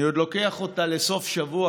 אני עוד לוקח אותה לסוף שבוע,